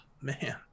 man